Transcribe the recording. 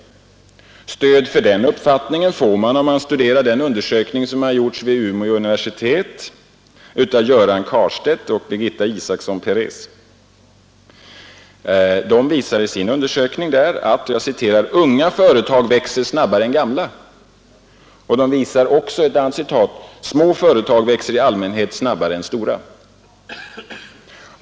Stöd för den uppfattningen får man om man studerar den undersökning som gjorts vid Umeå universitet av Göran Carstedt och Birgitta Isaksson-Pérez. De visar i sin undersökning att ”unga företag växer snabbare än gamla”. De visar också, att ”små företag växer i allmänhet snabbare än stora”.